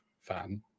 fan